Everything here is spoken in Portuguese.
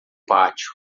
pátio